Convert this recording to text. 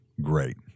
great